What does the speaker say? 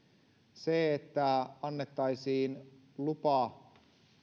se että annettaisiin lupa